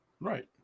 right